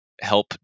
help